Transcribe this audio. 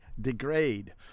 degrade